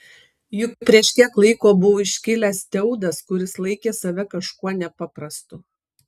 juk prieš kiek laiko buvo iškilęs teudas kuris laikė save kažkuo nepaprastu